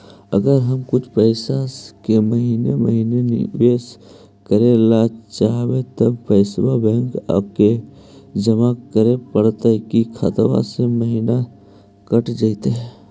अगर हम कुछ पैसा के महिने महिने निबेस करे ल चाहबइ तब पैसा बैक आके जमा करे पड़तै कि खाता से महिना कट जितै?